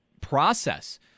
process